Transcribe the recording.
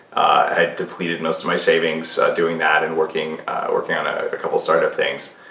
i had depleted most of my savings doing that, and working working on a couple startup things,